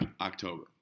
October